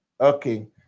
okay